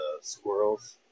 squirrels